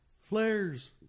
Flares